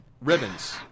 ribbons